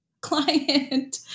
client